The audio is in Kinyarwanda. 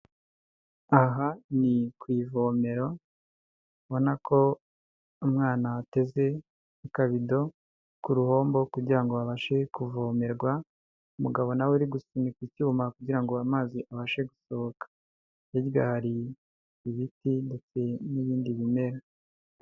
Aha ni ku ivomero, ubona ko umwana ateze ikabido ku ruhombo kugira ngo babashe kuvomerwa, umugabo na we ari gusunika icyuma kugira ngo amazi abashe gusohoka. Hirya hari ibiti ndetse n'ibindi bimera.